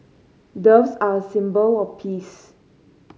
doves are a symbol of peace